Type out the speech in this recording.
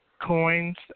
coins